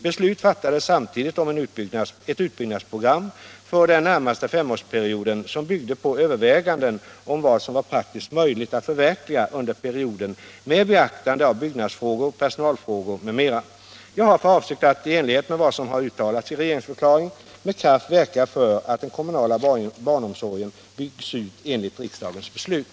Beslut fattades samtidigt om ett utbyggnadsprogram för den närmaste femårsperioden, som byggde på överväganden om vad som var praktiskt möjligt att förverkliga under perioden med beaktande av byggnadsfrågor, personalfrågor m.m. Jag har för avsikt att — i enlighet med vad som har uttalats i regeringsförklaringen — med kraft verka för att den kommunala barnomsorgen byggs ut enligt riksdagens beslut.